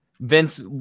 Vince